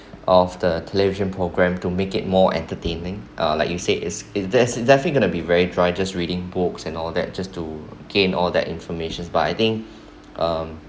of the television programme to make it more entertaining uh like you said it's it's there's definitely gonna be very dry just reading books and all that just to gain all that information but I think um